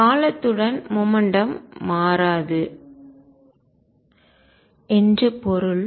காலத்துடன் மொமெண்ட்டும் மாற்றாது என்று பொருள்